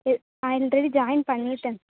S already join பண்ணிவிட்டேன்